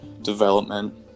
development